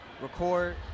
record